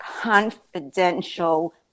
confidential